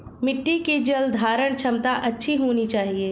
मिट्टी की जलधारण क्षमता अच्छी होनी चाहिए